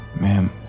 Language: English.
Ma'am